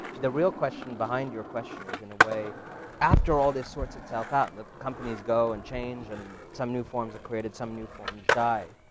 the real question behind your question is in a way after all this sorts itself out and the companies go and change and some new forms are created, some new forms die,